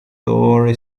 torre